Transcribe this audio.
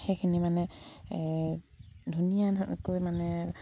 সেইখিনি মানে ধুনীয়াকৈ মানে